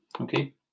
okay